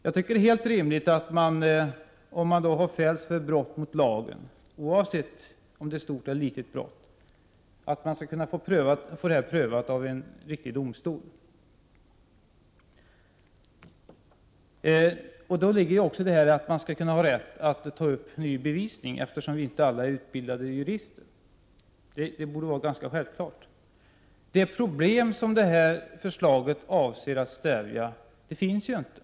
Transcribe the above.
Jag tycker att det är helt befogat att man, om man har fällts för ett brott mot lagen, oavsett om det är ett stort eller litet brott, skall kunna få det prövat av en riktig domstol. Eftersom inte alla är utbildade jurister, skall man ha rätt att ta upp ny bevisning. Det borde vara självklart. Det problem som det här förslaget avser att stävja finns inte.